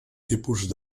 tipus